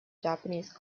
japanese